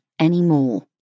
anymore